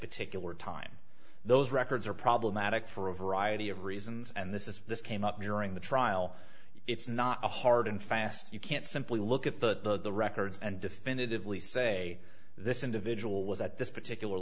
particular time those records are problematic for a variety of reasons and this is this came up during the trial it's not a hard and fast you can't simply look at the records and definitively say this individual was at this particular